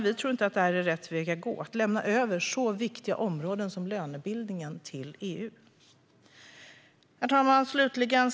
Vi tror inte att det är rätt väg att gå att lämna över så viktiga områden som lönebildningen till EU, herr talman. Herr talman!